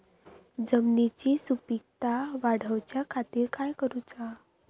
जमिनीची सुपीकता वाढवच्या खातीर काय करूचा?